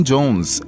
Jones